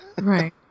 Right